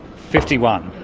fifty one.